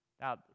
Now